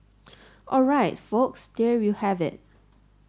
all right folks there you have it